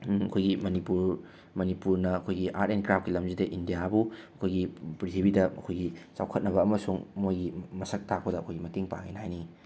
ꯑꯩꯈꯣꯏꯒꯤ ꯃꯅꯤꯄꯨꯔ ꯃꯅꯤꯄꯨꯔꯅ ꯑꯩꯈꯣꯏꯒꯤ ꯑꯥꯔꯠ ꯑꯦꯟ ꯀ꯭ꯔꯥꯐꯀꯤ ꯂꯝꯖꯤꯗ ꯏꯟꯗꯤꯌꯥꯕꯨ ꯑꯩꯈꯣꯏꯒꯤ ꯄ꯭ꯔꯤꯊꯤꯕꯗ ꯑꯩꯈꯣꯏꯒꯤ ꯆꯥꯎꯈꯠꯅꯕ ꯑꯃꯁꯨꯡ ꯃꯣꯏꯒꯤ ꯃꯁꯛ ꯇꯥꯛꯄꯗ ꯑꯩꯈꯣꯏ ꯃꯌꯦꯡ ꯄꯥꯡꯉꯦꯅ ꯍꯥꯏꯅꯤꯡꯉꯤ